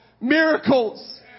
miracles